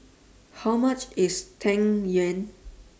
How much IS Tang Yuen